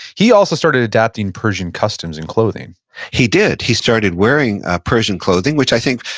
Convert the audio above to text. he also started adapting persian customs and clothing he did. he started wearing ah persian clothing, which i think,